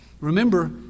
remember